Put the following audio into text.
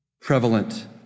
prevalent